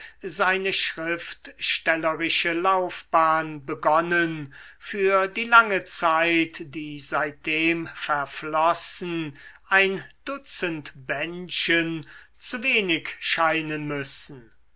seine schriftstellerische laufbahn begonnen für die lange zeit die seitdem verflossen ein dutzend bändchen zu wenig scheinen müssen